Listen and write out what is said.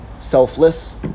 selfless